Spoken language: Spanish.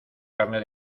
carnet